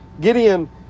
Gideon